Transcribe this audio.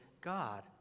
God